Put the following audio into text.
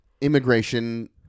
immigration